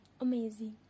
amazing